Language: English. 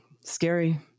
scary